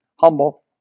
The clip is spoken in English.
Humble